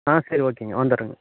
ஆ சரி ஓகேங்க வந்துடுறேங்க